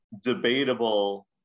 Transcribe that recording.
debatable